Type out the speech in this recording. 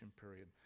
period